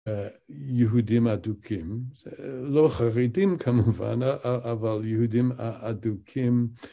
יהודים אדוקים, לא חרדים כמובן, אבל יהודים אדוקים